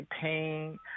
pain